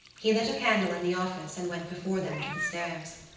he lit a candle in the office and went before them to the stairs.